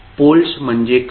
poles म्हणजे काय